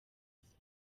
gusa